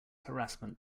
harassment